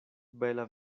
bela